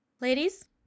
Ladies